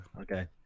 okay